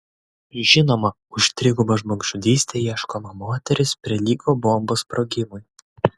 žinoma už trigubą žmogžudystę ieškoma moteris prilygo bombos sprogimui